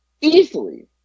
easily